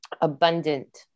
abundant